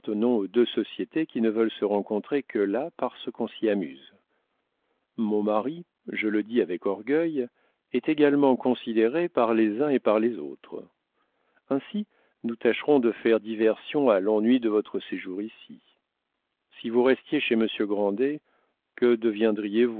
deux sociétés qui ne veulent se rencontrer que là parce qu'on s'y amuse mon mari je le dis avec orgueil est également considéré par les uns et par les autres ainsi nous tâcherons de faire diversion à l'ennui de votre séjour ici si vous restiez chez monsieur grandet que deviendriez-vous bon